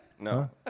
No